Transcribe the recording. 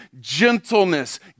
gentleness